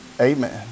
Amen